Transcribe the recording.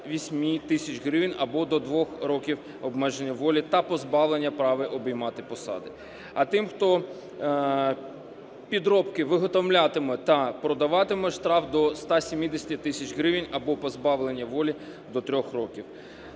68 тисяч гривень або до 2 років обмеження волі та позбавлення права обіймати посади. А тим, хто підробки виготовлятиме та продаватиме, штраф до 170 тисяч гривень або позбавлення волі до 3 років.